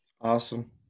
Awesome